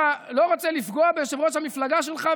אתה לא רוצה לפגוע ביושב-ראש המפלגה שלך,